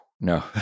No